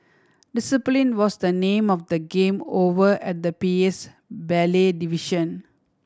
discipline was the name of the game over at the P A's ballet division